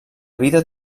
vida